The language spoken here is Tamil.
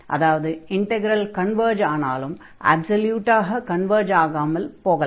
அதாவது இன்டக்ரல் கன்வர்ஜ் ஆனாலும் அப்ஸல்யூட்டாக கன்வர்ஜ் ஆகாமல் போகலாம்